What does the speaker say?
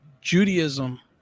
judaism